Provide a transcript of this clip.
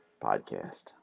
podcast